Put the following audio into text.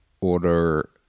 order